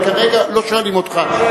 אבל כרגע לא שואלים אותך,